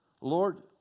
Lord